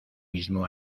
mismo